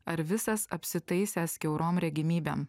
ar visas apsitaisęs kiaurom regimybėm